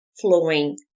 flowing